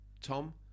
Tom